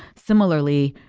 similarly,